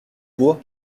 bois